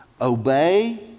obey